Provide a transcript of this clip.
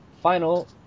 final